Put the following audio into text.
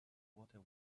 water